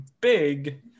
big